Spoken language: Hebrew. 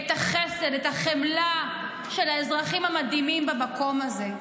את החסד, את החמלה של האזרחים המדהימים במקום הזה.